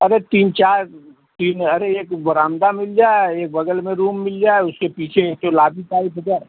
अरे तीन चार तीन अरे एक बरामदा मिल जाए एक बगल में रूम मिल जाए उसके पीछे एक ठो लाबी टाइप हो जाए